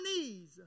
Chinese